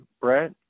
Brett